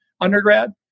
undergrad